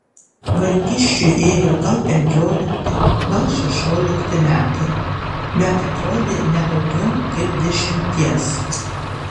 vaikiščiui ėjo gal penkiolikti gal šešiolikti metai bet atrodė ne daugiau kaip dešimties